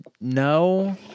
no